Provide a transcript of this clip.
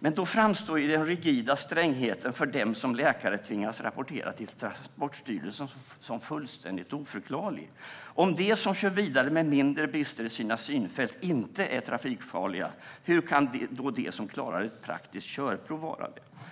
Då framstår den rigida strängheten för dem som läkare tvingas rapportera till Transportstyrelsen som fullständigt oförklarlig. Om de som kör vidare med mindre brister i sitt synfält inte är trafikfarliga, hur kan då de som klarar ett praktiskt körprov vara det?